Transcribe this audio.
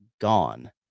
gone